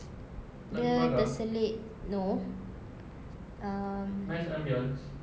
dia terselit no um